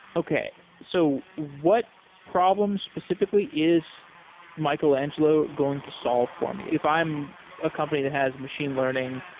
okay. so what problem specifically is michelangelo going to solve for me? if i am a company that has machine learning,